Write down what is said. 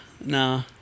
nah